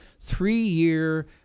three-year